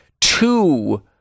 two